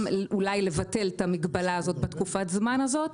גם אולי לבטל את המגבלה הזאת בתקופת הזמן הזאת.